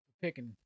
Picking